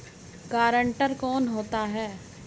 Guarantor कौन होता है?